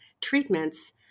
treatments